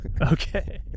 Okay